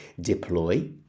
deploy